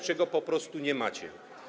czego po prostu nie macie.